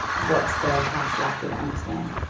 what's the house likely to understand?